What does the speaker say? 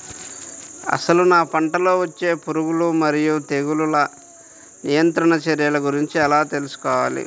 అసలు నా పంటలో వచ్చే పురుగులు మరియు తెగులుల నియంత్రణ చర్యల గురించి ఎలా తెలుసుకోవాలి?